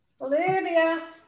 Olivia